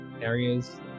areas